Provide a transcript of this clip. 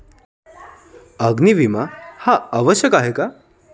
अग्नी विमा हा आवश्यक असतो का?